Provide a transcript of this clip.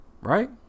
right